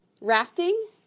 Rafting